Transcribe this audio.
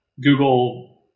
Google